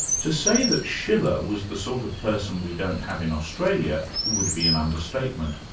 to say that schiller was the sort of person we don't have in australia, would be an understatement.